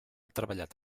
treballat